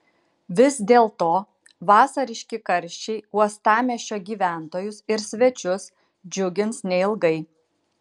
vis dėlto vasariški karščiai uostamiesčio gyventojus ir svečius džiugins neilgai